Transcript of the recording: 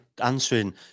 answering